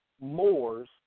Moors